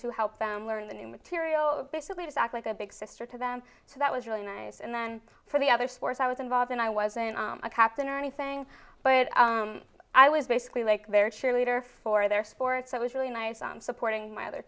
to help them learn the new material basically to act like a big sister to them so that was really nice and then for the other sports i was involved and i wasn't a captain or anything but i was basically like their cheerleader for their sports i was really nice on supporting my other